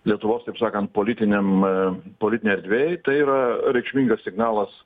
lietuvos taip sakant politiniam politinėj erdvėj tai yra reikšmingas signalas